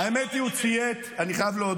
האמת היא, הוא ציית -- הוא היה פה ודיבר.